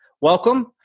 Welcome